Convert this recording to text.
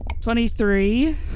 Twenty-three